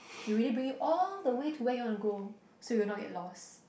they really bring you all the way to where you want to go so you won't get lost